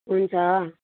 हुन्छ